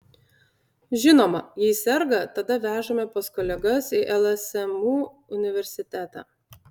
žinoma jei serga tada vežame pas kolegas į lsmu universitetą